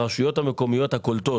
הרשויות המקומיות הקולטות